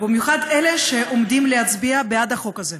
במיוחד אלה שעומדים להצביע בעד החוק הזה,